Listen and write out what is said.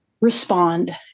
respond